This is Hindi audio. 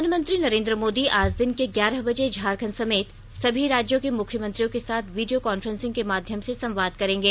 प्रधानमंत्री नरेंद्र मोदी आज दिन के ग्यारह बजे झारखंड समेत सभी राज्यों के मुख्यमंत्रियों के साथ वीडियो कॉन्फ्रेंसिंग के माध्यम से संवाद करेंगे